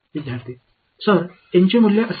विद्यार्थीः सर एनचे मूल्य असेल